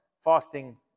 fasting